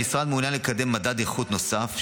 המשרד מעוניין לקדם מדד איכות נוסף,